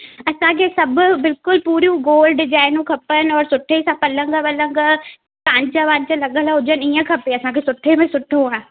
असांखे सभु बिल्कुलु पूरियूं गोल डिज़ाइनूं खपनि ओर सुठे सां पलंग वलंग कांच वांच लॻल हुजनि ईअं खपे असांखे सुठे में सुठो हा